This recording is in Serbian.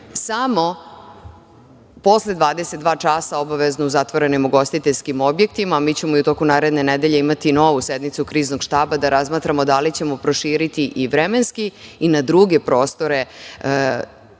samo posle 22.00 časa obavezno u zatvorenim ugostiteljskim objektima. Mi ćemo i u toku naredne nedelje imati novu sednicu Kriznog štaba, da razmatramo da li ćemo proširiti i vremenski i na druge prostore